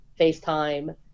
FaceTime